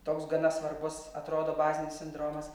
toks gana svarbus atrodo bazinis sindromas